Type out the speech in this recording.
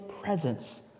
presence